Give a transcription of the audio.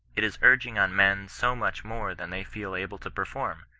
it is urging on men so much more than they feel able to perform,